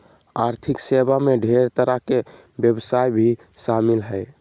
आर्थिक सेवा मे ढेर तरह के व्यवसाय भी शामिल हय